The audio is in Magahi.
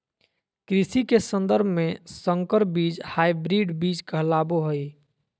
कृषि के सन्दर्भ में संकर बीज हायब्रिड बीज कहलाबो हइ